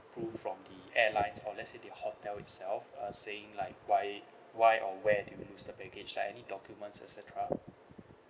proof from the airlines or let's say the hotel itself uh saying like why why or where do you lose the baggage like any documents et cetera